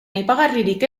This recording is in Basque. aipagarririk